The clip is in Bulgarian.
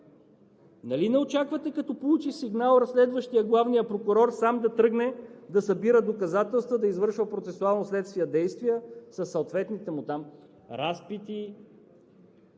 Нали не очаквате, като получи сигнал, разследващият главния прокурор сам да тръгне да събира доказателства, да извършва процесуално-следствени действия със съответните разпити,